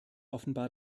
offenbar